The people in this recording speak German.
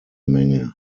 menge